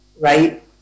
right